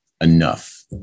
enough